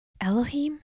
Elohim